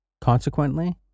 Consequently